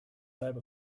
type